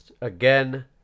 Again